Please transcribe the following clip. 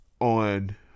on